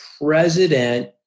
president